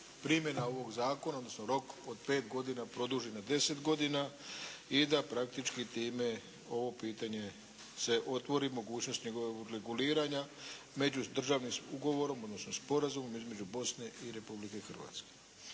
primjena ovog zakona, odnosno rok od pet godina produžen na deset godina i da praktički time ovo pitanje se otvori mogućnost njegovog reguliranja međudržavnim ugovorom, odnosno sporazumom Bosne i Republike Hrvatske.